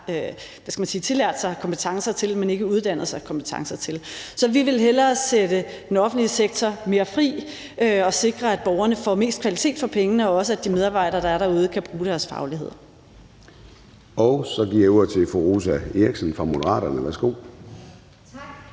hvad skal man sige, tillært sig kompetencer til, men ikke har uddannet sig til kompetencer til. Så vi vil hellere sætte den offentlige sektor mere fri og sikre, at borgerne får mest kvalitet for pengene og også, at de medarbejdere, der er derude kan bruge deres faglighed. Kl. 10:23 Formanden (Søren Gade): Så giver jeg ordet til fru Rosa Eriksen fra Moderaterne. Værsgo.